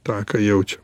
tą ką jaučiam